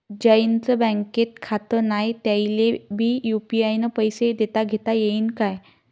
ज्याईचं बँकेत खातं नाय त्याईले बी यू.पी.आय न पैसे देताघेता येईन काय?